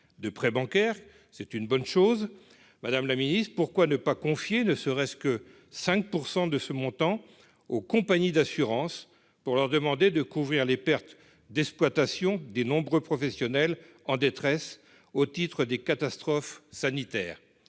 de prêts bancaires garantis : c'est une bonne chose. Madame la secrétaire d'État, pourquoi ne pas confier ne serait-ce que 5 % de ce montant aux compagnies d'assurance en leur demandant de couvrir les pertes d'exploitation des nombreux professionnels en détresse, au titre des catastrophes sanitaires ?